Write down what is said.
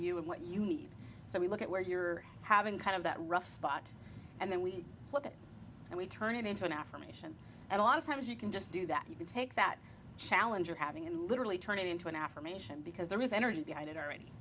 you and what you need so we look at where you're having kind of that rough spot and then we look at and we turn it into an affirmation and a lot of times you can just do that you can take that challenge of having and literally turn it into an affirmation because there is energy behind it already